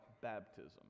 baptism